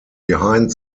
behind